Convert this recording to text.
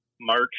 march